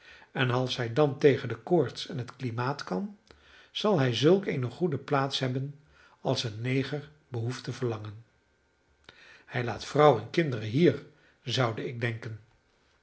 en als hij dan tegen de koorts en het klimaat kan zal hij zulk eene goede plaats hebben als een neger behoeft te verlangen hij laat vrouw en kinderen hier zoude ik denken